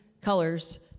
colors